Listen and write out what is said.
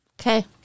Okay